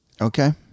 Okay